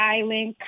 Island